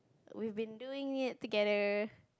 we've been doing it together